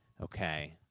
okay